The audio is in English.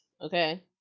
okay